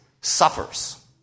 suffers